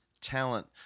Talent